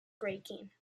braking